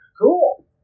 cool